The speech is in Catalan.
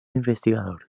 investigador